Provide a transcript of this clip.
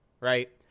right